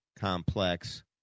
complex